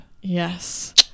Yes